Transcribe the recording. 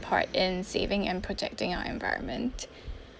part in saving and protecting our environment